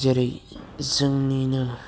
जेरै जोंनिनो